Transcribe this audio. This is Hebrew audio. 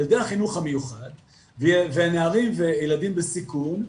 ילדי החינוך המיוחד והנערים והילדים בסיכון,